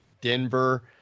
Denver